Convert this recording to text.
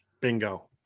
Bingo